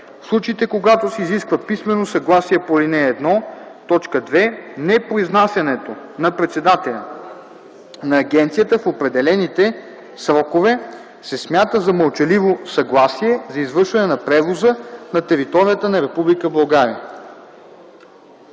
В случаите, когато се изисква писмено съгласие по ал. 1, т. 2, непроизнасянето на председателя на агенцията в определените срокове се смята за мълчаливо съгласие за извършване на превоза на територията на